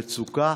עת מצוקה,